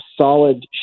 solid